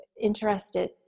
interested